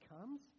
comes